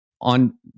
On